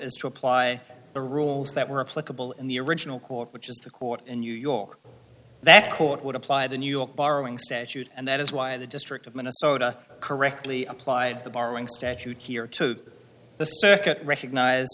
is to apply the rules that were applicable in the original court which is the court in new york that court would apply the new york borrowing statute and that is why the district of minnesota correctly applied the borrowing statute here to